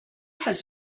has